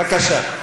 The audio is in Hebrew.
בבקשה.